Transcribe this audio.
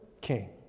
king